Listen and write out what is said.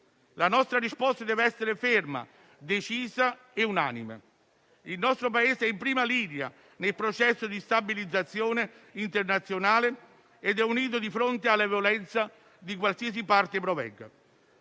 La nostra risposta deve essere ferma, decisa e unanime. Il nostro Paese è in prima linea nel processo di stabilizzazione internazionale ed è unito di fronte alla violenza da qualsiasi parte provenga.